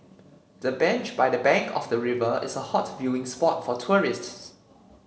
the bench by the bank of the river is a hot viewing spot for tourists